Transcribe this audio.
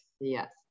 Yes